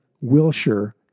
Wilshire